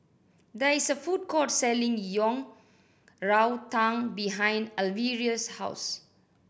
there is a food court selling Yang Rou Tang behind Alvira's house